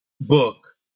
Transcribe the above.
book